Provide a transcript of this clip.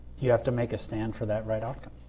you have to make a stand for that right outcome.